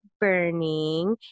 Burning